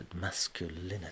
masculinity